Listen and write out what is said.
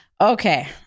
Okay